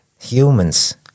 humans